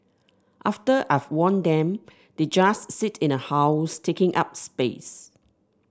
after I've worn them they just sit in a house taking up space